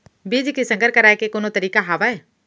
बीज के संकर कराय के कोनो तरीका हावय?